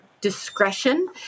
discretion